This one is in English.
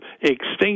extinction –